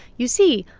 you see.